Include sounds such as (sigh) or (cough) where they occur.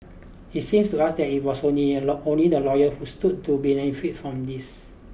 it seems to us that it was only (unintelligible) only the lawyer who stood to benefit from this